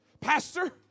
Pastor